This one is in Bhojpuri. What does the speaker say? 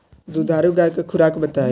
दुधारू गाय के खुराक बताई?